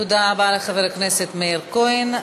תודה רבה לחבר הכנסת מאיר כהן.